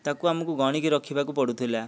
ତା'କୁ ଆମକୁ ଗଣିକି ରଖିବାକୁ ପଡ଼ୁଥିଲା